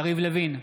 יריב לוין,